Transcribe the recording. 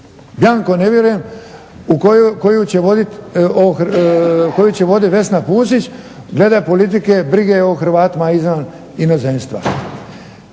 bianco ne vjerujem koju će voditi Vesna Pusić glede politike, brige o Hrvatima izvan inozemstva.